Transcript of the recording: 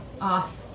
off